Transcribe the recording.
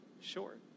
short